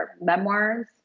memoirs